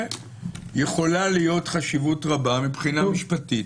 יכולה להיות חשיבות רבה מבחינה משפטית.